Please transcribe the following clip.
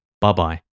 Bye-bye